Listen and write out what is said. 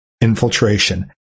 Infiltration